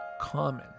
common